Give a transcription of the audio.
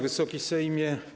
Wysoki Sejmie!